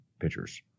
pitchers